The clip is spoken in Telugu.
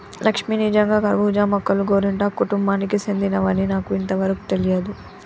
లక్ష్మీ నిజంగా కర్బూజా మొక్కలు గోరింటాకు కుటుంబానికి సెందినవని నాకు ఇంతవరకు తెలియదు